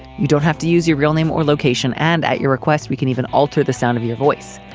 you don't have to use your real name or location, and at your request we can even alter the sound of your voice.